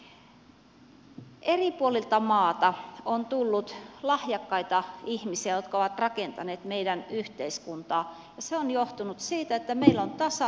eri puolilta maata on tullut lahjakkaita ihmisiä jotka ovat rakentaneet meidän yhteiskuntaamme ja se on johtunut siitä että meillä on tasa arvoinen koulu